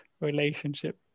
relationship